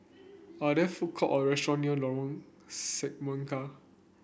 are there food court or restaurant near Lorong Semangka